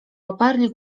oparli